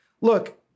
look